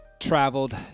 Traveled